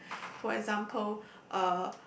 for example uh